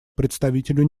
представителю